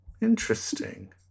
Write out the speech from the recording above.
Interesting